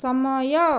ସମୟ